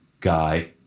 guy